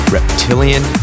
Reptilian